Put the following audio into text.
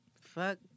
Fuck